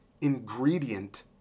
ingredient